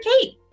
Kate